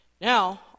Now